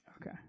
Okay